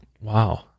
Wow